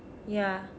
ya